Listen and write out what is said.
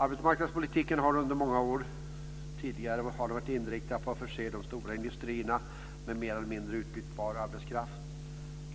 Arbetsmarknadspolitiken har tidigare under många år varit inriktad på att förse de stora industrierna med mer eller mindre utbytbar arbetskraft.